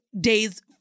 days